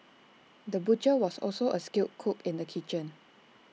the butcher was also A skilled cook in the kitchen